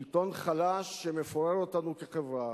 שלטון חלש שמפורר אותנו כחברה,